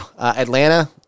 Atlanta